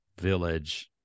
village